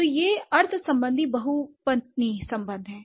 तो ये अर्थ संबंधी बहुपत्नी संबंध हैं